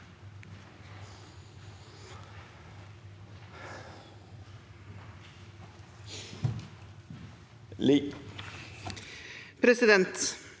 Presidenten